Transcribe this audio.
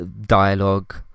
dialogue